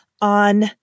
on